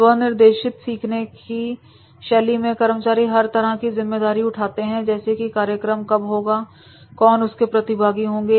स्व निर्देशित सीखने की शैली में कर्मचारी हर तरह की जिम्मेदारी उठाते हैं जैसे कि कार्यक्रम कब होगा और कौन उसके प्रतिभागी होंगे